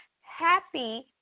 happy